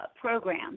program